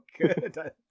good